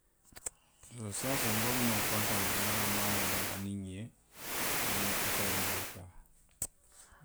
Iyoo saayiŋ saayiŋ nbotanaŋ kontoŋo le la, nŋa maanoo domo aniŋ ňee, aniŋ, kuccaa bi jee,